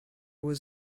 was